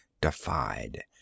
defied